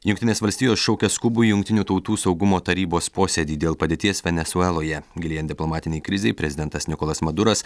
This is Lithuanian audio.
jungtinės valstijos šaukia skubų jungtinių tautų saugumo tarybos posėdį dėl padėties venesueloje gilėjant diplomatinei krizei prezidentas nikolas maduras